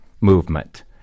movement